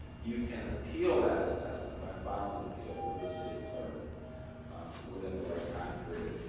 you can appeal that assessment by filing an appeal with the city clerk within the right time period,